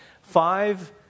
five